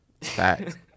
Fact